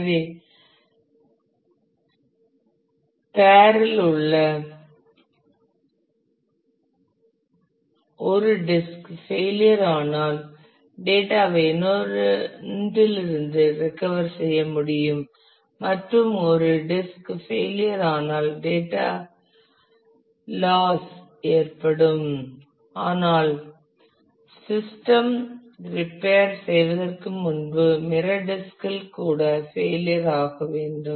எனவே பெயர் இல் உள்ள ஒரு டிஸ்க் ஃபெயிலியர் ஆனால் டேட்டா ஐ இன்னொன்றிலிருந்து ரெக்கவர் செய்ய முடியும் மற்றும் ஒரு டிஸ்க் ஃபெயிலியர் ஆனால் டேட்டா லாஸ் ஏற்படும் ஆனால் சிஸ்டம் ரிபெயர் செய்வதற்கு முன்பு மிரர் டிஸ்கில் கூட ஃபெயிலியர் ஆக வேண்டும்